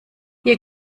hier